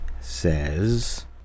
says